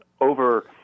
over